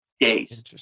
days